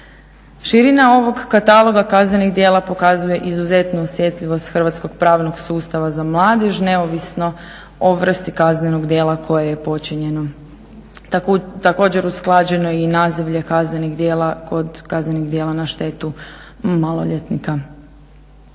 Širina ovog kataloga kaznenih djela pokazuje izuzetnu osjetljivost hrvatskog pravnog sustava za mladež neovisno o vrsti kaznenog djela koje je počinjeno. Također je usklađeno i nazivlje kaznenih djela kod kaznenih djela na štetu maloljetnika.